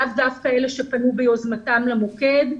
לאו דווקא אלה שפנו ביוזמתם למוקד,